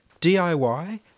DIY